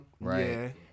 Right